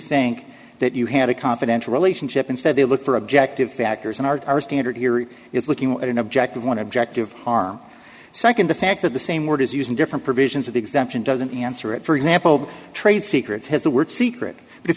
think that you had a confidential relationship instead they look for objective factors in our standard here is looking at an objective want to object of harm second the fact that the same word is used in different provisions of the exemption doesn't answer it for example trade secrets has the word secret